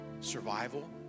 survival